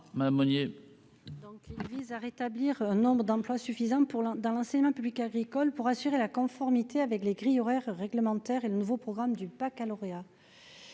madame Monnier.